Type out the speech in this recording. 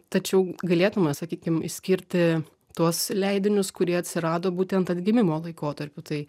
tačiau galėtume sakykim išskirti tuos leidinius kurie atsirado būtent atgimimo laikotarpiu tai